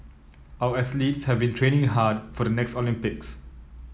our athletes have been training hard for the next Olympics